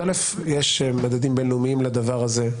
אז ראשית, יש מדדים בין-לאומיים לדבר הזה.